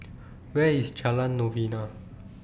Where IS Jalan Novena